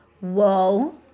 whoa